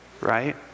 right